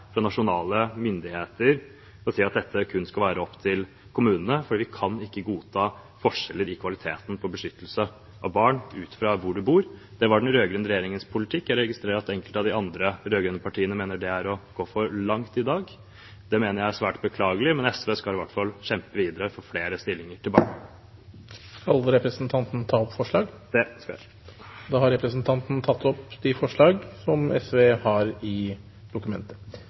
fra nasjonale myndigheter å si at dette kun skal være opp til kommunene, for vi kan ikke godta forskjeller i kvaliteten på beskyttelse av barn ut fra hvor man bor. Det var den rød-grønne regjeringens politikk. Jeg registrerer at enkelte av de andre rød-grønne partiene mener det er å gå for langt i dag. Det mener jeg er svært beklagelig. Men SV skal i hvert fall kjempe videre for flere stillinger til barnevernet. Jeg tar opp SVs forslag. Representanten Freddy André Øvstegård har tatt opp de forslagene han refererte til. Når det kommer til omsorgen for barn som har